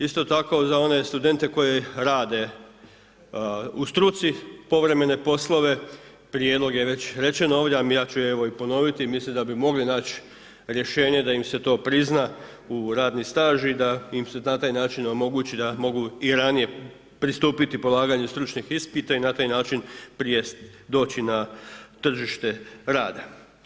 Isto tako za one studente koji rade u struci povremene poslove, prijedlog je već rečen ovdje a ja ću evo i ponoviti, mislim da bi mogli naći rješenje da im se to prizna u radni staž i da im se na taj način omogući da mogu i ranije pristupiti polaganju stručnih ispita i na taj način prijest doći na tržište rada.